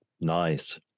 nice